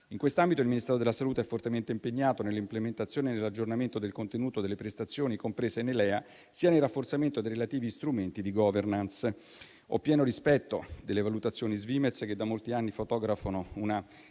In quest'ambito, il Ministero della salute è fortemente impegnato nell'implementazione e nell'aggiornamento del contenuto delle prestazioni comprese nei LEA e nel rafforzamento dei relativi strumenti di *governance*. Ho pieno rispetto delle valutazioni Svimez, che da molti anni fotografano